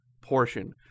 portion